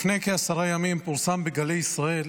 לפני כעשרה ימים פורסם בגלי ישראל